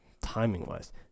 timing-wise